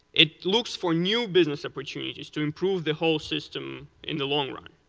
it looks for new business opportunities to improve the whole system in the long run.